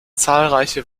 zahlreiche